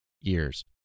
years